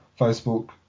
Facebook